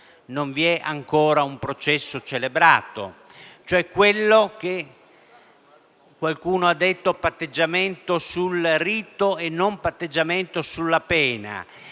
non vi è ancora un processo celebrato, cioè quello che qualcuno ha definito patteggiamento sul rito e non patteggiamento sulla pena.